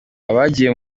abagiye